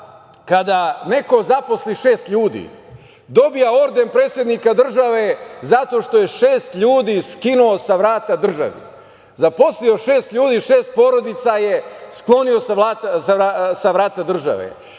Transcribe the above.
kada neko zaposli šest ljudi dobija orden predsednika države zato što je šest ljudi skinuo sa vrata državi. Zaposlio šest ljudi, šest porodica je sklonio sa vrata države.